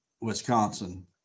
Wisconsin